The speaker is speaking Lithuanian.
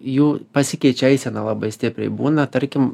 jų pasikeičia eisena labai stipriai būna tarkim